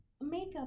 makeup